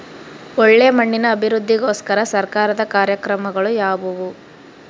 ಒಳ್ಳೆ ಮಣ್ಣಿನ ಅಭಿವೃದ್ಧಿಗೋಸ್ಕರ ಸರ್ಕಾರದ ಕಾರ್ಯಕ್ರಮಗಳು ಯಾವುವು?